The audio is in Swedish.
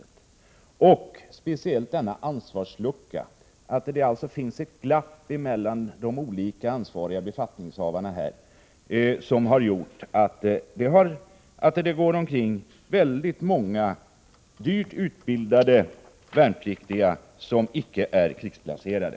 Det finns också särskild anledning att fråga om denna ansvarslucka, att det finns ett glapp mellan de olika ansvariga befattningshavarna som har gjort att det går omkring många dyrt utbildade värnpliktiga som inte är krigsplacerade.